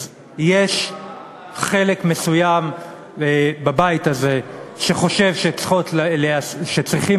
אז יש חלק מסוים בבית הזה שחושב שצריכים